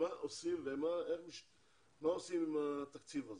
מה עושים עם התקציב הזה.